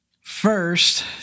First